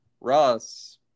Russ